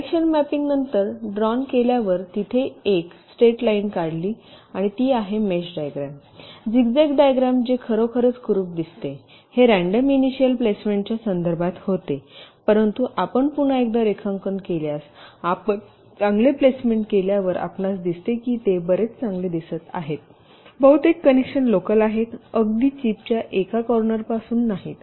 connection mapping नंतर drawn केल्यावर जिथे एक स्ट्रेट लाईन काढली आणि ती आहे मेष डायग्रॅम झिगझॅग डायग्रॅम जे खरोखरच कुरुप दिसते हे रँडम इनिशिअल प्लेसमेंटच्या संदर्भात होते परंतु आपण पुन्हा एकदा रेखांकन केल्यास आपण चांगले प्लेसमेंट केल्यावर आपणास दिसते की ते बरेच चांगले दिसत आहे बहुतेक कनेक्शन लोकल आहेत अगदी चिपच्या एका कॉर्नर पासून नाहीत